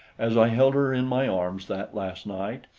as i held her in my arms that last night,